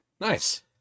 Nice